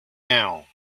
now